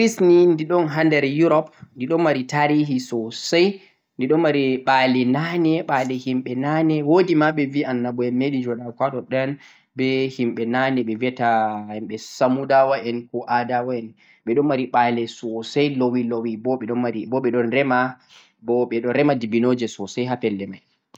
leddi gris ni di ɗon ha der Europe, di ɗo mari tarihi sosai di ɗo mari ba'li na'ne, ba'li himɓe na'ne, wo'di ma ɓe vi annabo en me'ɗi jaɗa'go ha ɗoɗɗon be himɓe na'ne ɓe viyata samudawa en ko a'dawa en, ɓe ɗo mari ɓa'le sosai lowi lowi bo mari bo ɗo rema bo ɓe ɗo rema dibinoji sosai ha pelle mai.